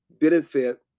benefit